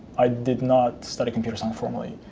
i did not study computer science formally.